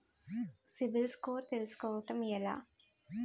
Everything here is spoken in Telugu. సిబిల్ స్కోర్ తెల్సుకోటం ఎలా?